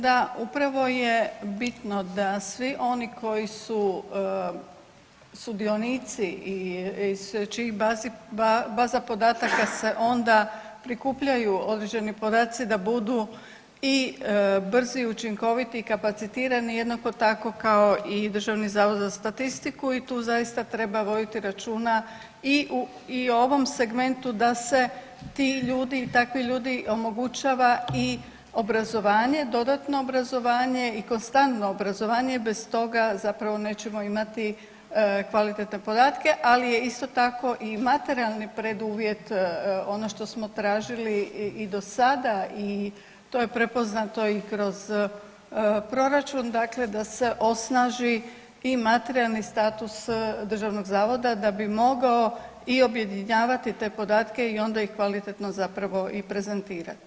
Da, upravo je bitno da svi oni koji su sudionici i iz čijih baza podataka se onda prikupljaju određeni podaci da budu i brzi i učinkoviti i kapacitirani jednako tako kao i Državni zavod za statistiku i tu zaista treba voditi računa i o ovom segmentu da se ti ljudi i takvi ljudi omogućava i obrazovanje, dodatno obrazovanje i konstantno obrazovanje, bez toga zapravo nećemo imati kvalitetne podatke ali je isto tako i materijalni preduvjet ono što smo tražili i dosada i to je prepoznato i kroz proračun dakle da se osnaži i materijalni status državnog zavoda da bi mogao i objedinjavati te podatke i onda ih kvalitetno zapravo i prezentirati.